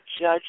judge